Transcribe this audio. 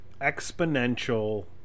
exponential